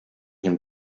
him